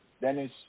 Dennis